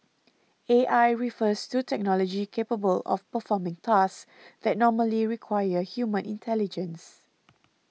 A I refers to technology capable of performing tasks that normally require human intelligence